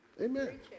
Amen